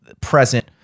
present